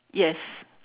yes